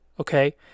okay